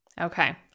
Okay